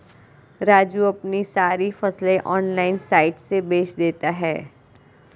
राजू अपनी सारी फसलें ऑनलाइन साइट से बेंच देता हैं